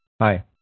Hi